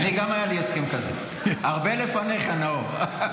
גם לי היה הסכם כזה, הרבה לפניך, נאור.